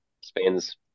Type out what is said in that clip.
Spain's